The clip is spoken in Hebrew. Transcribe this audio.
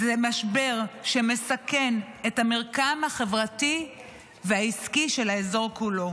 זה משבר שמסכן את המרקם החברתי והעסקי של האזור כולו.